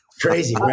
crazy